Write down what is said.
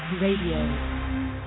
Radio